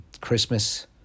Christmas